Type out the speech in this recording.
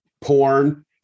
porn